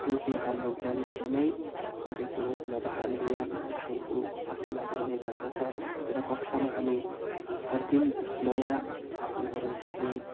त्यो चाहिँ हाम्रो ज्ञानभित्रमै गरेको नभए हामीले याद राखेको शासनहरू हुने गर्दछ तर कक्षामा हामी हरदिन नयाँ शासनहरू सिक्ने